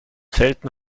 selten